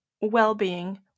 well-being